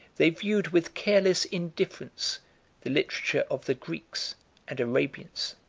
they viewed with careless indifference the literature of the greeks and arabians.